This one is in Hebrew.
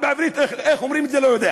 לא יודע איך אומרים את זה בעברית,